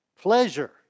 pleasure